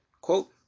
quote